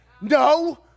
No